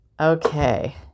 okay